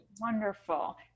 Wonderful